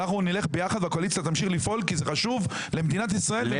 אנחנו נלך ביחד והקואליציה תמשיך לפעול כי זה חשוב למדינת ישראל.